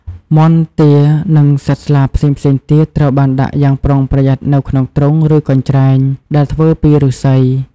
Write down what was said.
មាន់ ទា និងសត្វស្លាបផ្សេងៗទៀត ត្រូវបានដាក់យ៉ាងប្រុងប្រយ័ត្ននៅក្នុងទ្រុង ឬកញ្ច្រែង ដែលធ្វើពីឫស្សី។